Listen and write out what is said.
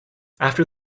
after